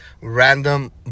random